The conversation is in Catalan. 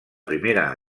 primera